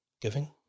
giving